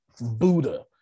Buddha